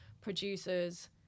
producers